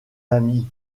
ami